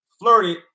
flirted